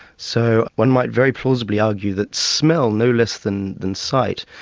so one might very plausibly argue that smell, no less than than sight,